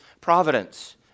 providence